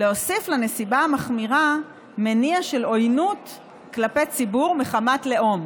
להוסיף לנסיבה המחמירה מניע של עוינות כלפי ציבור מחמת לאום.